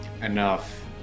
Enough